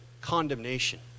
condemnation